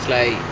it's like